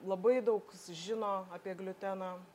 labai daug sužino apie gliuteną